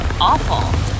awful